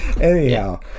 anyhow